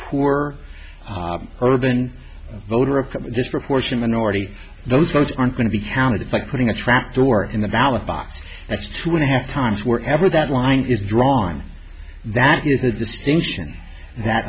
poor urban voter of this proportion minority those votes aren't going to be counted it's like putting a trap door in the ballot box that's two and a half times wherever that line is drawn that is a distinction that